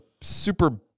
super